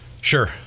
Sure